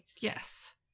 Yes